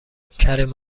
کریم